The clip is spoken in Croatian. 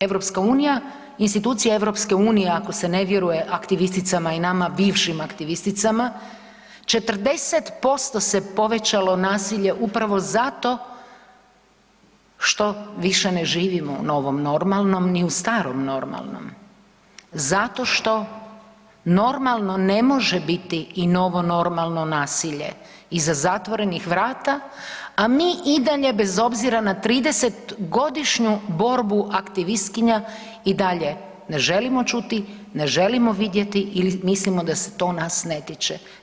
EU, institucije EU ako se ne vjeruje aktivisticama i nama bivšim aktivisticama, 40% se povećalo nasilje upravo zato što više ne živimo u novom normalnom, ni u starom normalnom, zato što normalno ne može biti i novo normalno nasilje iza zatvorenih vrata, a mi i dalje bez obzira na 30-godišnju borbu aktivistkinja i dalje ne želimo čuti, ne želimo vidjeti ili mislimo da se to nas ne tiče.